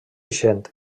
ixent